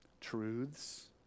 Truths